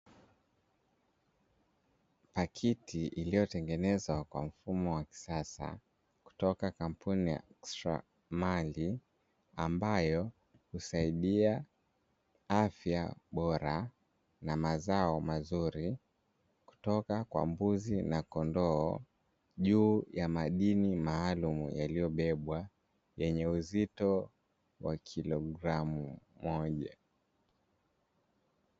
Pakiti iliyotengenezwa kwa mfumo wa kisasa kutoka kampuni ya "XTRA MALI", ambayo husaidia afya bora na mazao mazuri, kutoka kwa mbuzi na kondoo juu ya madini maalumu yaliyobebwa yenye uzito wa kilogramu moja.